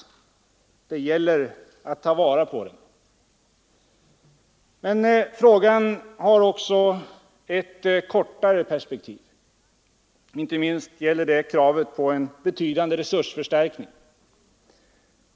Det gäller att ta vara på den. Men frågan har också ett kortare perspektiv. Inte minst gäller det kravet på en betydande resursförstärkning.